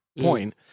point